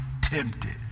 tempted